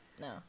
No